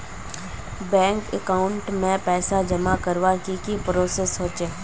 Bank account में पैसा जमा करवार की की प्रोसेस होचे?